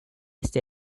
east